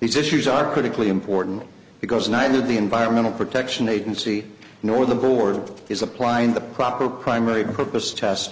these issues are critically important because neither the environmental protection agency nor the board is applying the proper primary purpose test